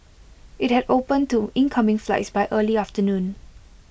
IT had opened to incoming flights by early afternoon